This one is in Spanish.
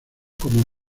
como